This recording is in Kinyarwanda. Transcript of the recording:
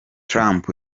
trump